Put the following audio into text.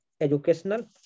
educational